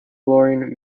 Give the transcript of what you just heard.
fluorine